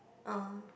oh